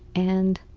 and